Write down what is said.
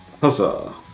Huzzah